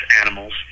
animals